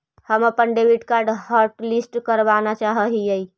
हम अपन debit card hotlist करावाना चाहा हियई